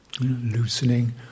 loosening